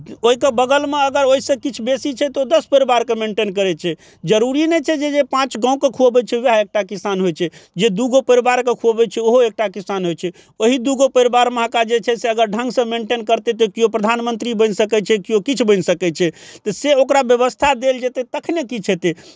ओइके बगलमे अगर ओइसँ किछु बेसी छै तऽ ओ दस परिवारके मेंटेन करै छै जरूरी नहि छै जे पाँच गाँवके खुअबै छै ओएह एकटा किसान होइ छै जे दूगो परिवारके खुअबै छै ओहो एकटा किसान होइ छै ओही दूगो परिवारमे अहाँके जे छै से अगर ढङ्गसँ मेंटेन करतै तऽ केओ प्रधानमन्त्री बनि सकै छै केओ किछु बनि सकै छै तऽ से ओकरा व्यवस्था देल जेतै तखन ने किछु हेतै